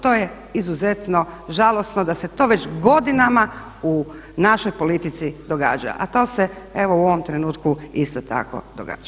To je izuzetno žalosno da se to već godinama u našoj politici događa, a to se evo u ovom trenutku isto tako događa.